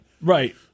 Right